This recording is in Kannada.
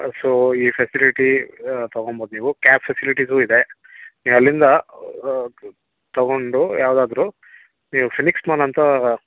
ಸೊ ಈ ಫೆಸಿಲಿಟಿ ತಗೊಬೊದು ನೀವು ಕ್ಯಾಬ್ ಫೆಸಿಲಿಟಿಸು ಇದೆ ನೀವು ಅಲ್ಲಿಂದ ತಗೊಂಡು ಯಾವುದಾದ್ರು ನೀವು ಫಿನಿಕ್ಸ್ ಮಾಲ್ ಅಂತ